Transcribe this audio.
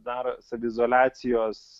dar saviizoliacijos